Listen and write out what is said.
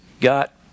got